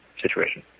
situation